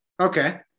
Okay